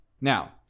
Now